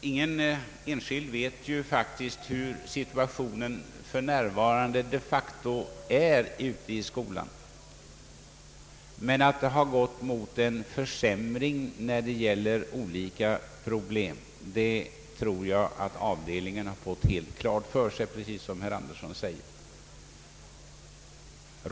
Ingen enskild vet hur arbetssituationen för närvarande de facto är ute i skolorna. Men att det gått mot en försämring när det gäller olika problem tror jag att avdelningen fått helt klart för sig, precis som herr Andersson säger.